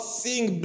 seeing